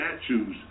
statues